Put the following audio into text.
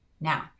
Now